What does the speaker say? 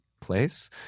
place